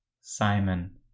Simon